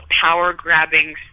power-grabbing